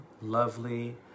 lovely